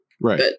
Right